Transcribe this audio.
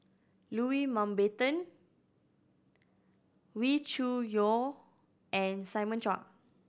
Loui Mountbatten Wee Cho Yaw and Simon Chua